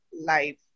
life